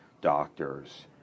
doctors